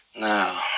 Now